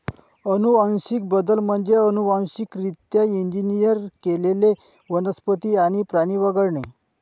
अनुवांशिक बदल म्हणजे अनुवांशिकरित्या इंजिनियर केलेले वनस्पती आणि प्राणी वगळणे